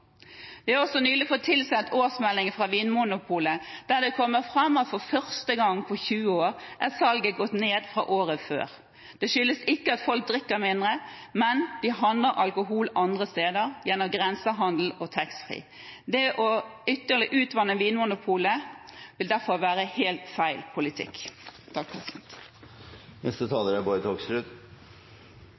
Vi har nylig fått tilsendt årsmeldingen fra Vinmonopolet. Der kommer det fram at for første gang på 20 år har salget gått ned fra året før. Det skyldes ikke at folk drikker mindre, men at de handler alkohol andre steder, gjennom grensehandel og taxfree. Å utvanne Vinmonopolet ytterligere vil derfor være helt feil politikk.